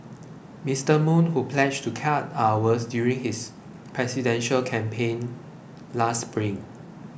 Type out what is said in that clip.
Mr Moon who pledged to cut hours during his presidential campaign last spring